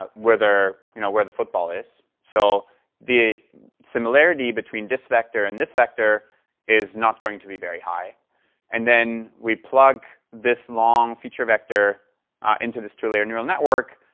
but you know where the football is. so the similarity between this vector and this vector is not going to be very high and then we plug this long feature vector into this two-layer neural network,